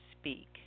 speak